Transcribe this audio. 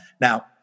Now